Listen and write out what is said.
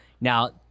Now